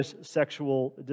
sexual